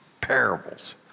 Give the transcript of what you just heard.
parables